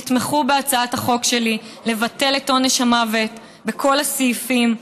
תתמכו בהצעת החוק שלי לבטל את עונש המוות בכל הסעיפים.